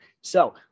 So-